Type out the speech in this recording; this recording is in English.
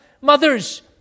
mothers